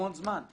המון זמן,